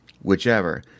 Whichever